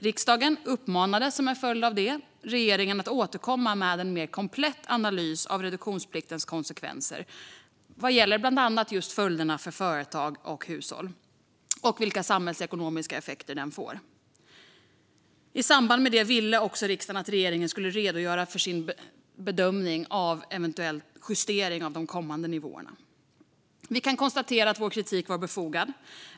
Riksdagen uppmanade som en följd av detta regeringen att återkomma med en mer komplett analys av reduktionspliktens konsekvenser, bland annat vad gäller följderna för företag och hushåll, och vilka samhällsekonomiska effekter den får. I samband med det ville riksdagen också att regeringen skulle redogöra för sin bedömning av eventuella justeringar av de kommande nivåerna. Vi kan konstatera att vår kritik var befogad.